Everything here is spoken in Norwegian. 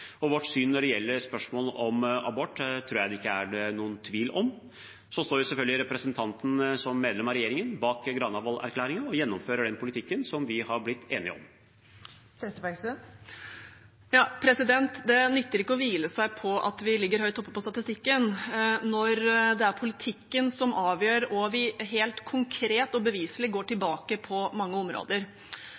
Vårt syn når det gjelder spørsmål om abort, tror jeg ikke det er noen tvil om. Selvfølgelig står representanten, som medlem av regjeringen, bak Granavolden-erklæringen og gjennomfører den politikken som vi har blitt enige om. Det nytter ikke å hvile seg på at vi ligger høyt oppe på statistikken når det er politikken som avgjør, og vi helt konkret og beviselig går tilbake på mange områder.